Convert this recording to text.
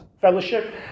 fellowship